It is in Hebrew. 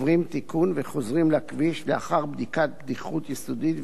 וחוזרים לכביש לאחר בדיקת בטיחות יסודית וקפדנית,